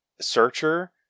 Searcher